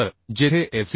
तर जेथे एफ